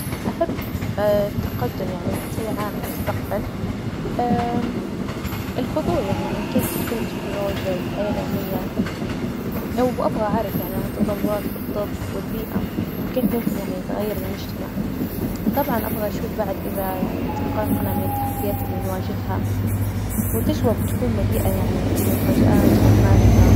أحب التقدم يعني مئتي عام في المستقبل الفضول يعني عن كيف بتكون التكنولوجيا والحياة اليومية? وأبغى أعرف يعني عن التطورات في الطب والبيئة، وكيف ممكن يعني يتغير المجتمع? طبعا أبغى أشوف بعد إذا يعني تحققنا من التحديات اللي نواجهها، والتجربة بتكون مليئة يعني بالمفاجآت والمعرفة.